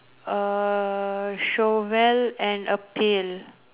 a shovel and a pail